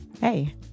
Hey